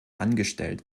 angestellt